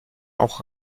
auch